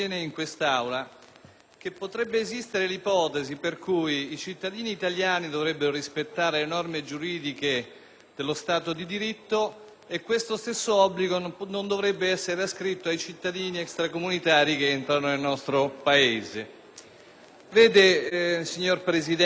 dello Stato di diritto e questo stesso obbligo non dovrebbe essere ascritto ai cittadini extracomunitari che entrano nel nostro Paese. Signor Presidente, onorevoli colleghi, i cittadini stranieri che entrano nel territorio nazionale hanno il dovere di conformarsi alle leggi